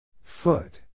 Foot